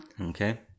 okay